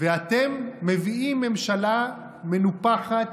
ואתם מביאים ממשלה מנופחת,